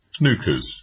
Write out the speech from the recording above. snookers